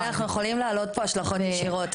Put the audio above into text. כי אנחנו יכולים להעלות פה השלכות ישירות,